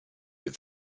with